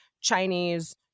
Chinese